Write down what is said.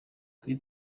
kuri